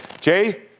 Jay